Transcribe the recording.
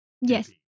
yes